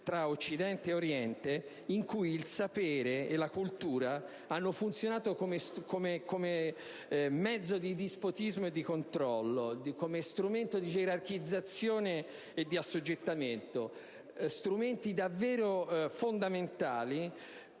tra Occidente e Oriente in cui il sapere e la cultura hanno funzionato come mezzo di dispotismo e controllo, come strumento di gerarchizzazione e assoggettamento, strumenti davvero fondamentali